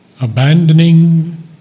Abandoning